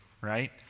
right